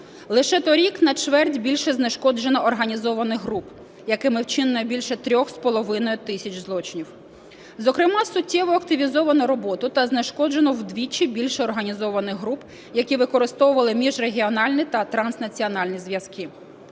Лише той рік на чверть більше знешкоджено організованих груп, якими вчинено більше 3,5 тисяч злочинів. Зокрема суттєво активізовано роботу та знешкоджено вдвічі більше організованих груп, які використовували міжрегіональні та транснаціональні зв'язки.